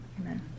amen